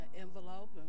envelope